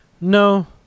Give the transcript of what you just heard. No